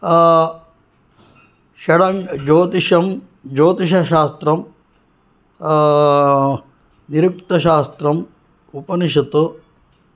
षडङ्गज्योतिषं ज्योतिषशास्त्रं निरुक्तशास्त्रं उपनिषद्